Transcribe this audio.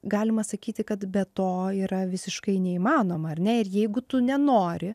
galima sakyti kad be to yra visiškai neįmanoma ar ne ir jeigu tu nenori